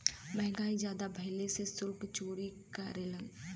महंगाई जादा भइले से सुल्क चोरी करेलन